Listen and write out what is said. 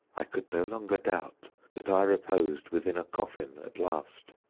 i could no longer doubt that i reposed within a coffin at last.